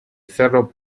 cerro